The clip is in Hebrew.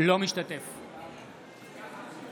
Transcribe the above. אינו משתתף בהצבעה